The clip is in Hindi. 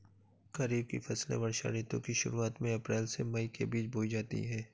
खरीफ की फसलें वर्षा ऋतु की शुरुआत में अप्रैल से मई के बीच बोई जाती हैं